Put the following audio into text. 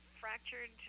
fractured